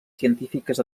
científiques